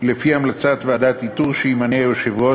לפי המלצת ועדת איתור שימנה היושב-ראש,